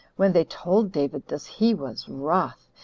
when they told david this, he was wroth,